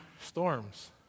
storms